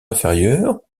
inférieur